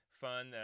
fun